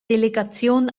delegation